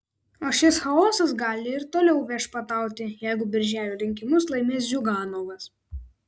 o šis chaosas gali ir toliau viešpatauti jeigu birželio rinkimus laimės ziuganovas